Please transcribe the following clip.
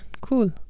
cool